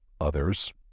others